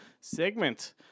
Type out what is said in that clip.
segment